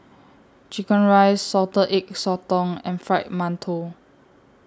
Chicken Rice Salted Egg Sotong and Fried mantou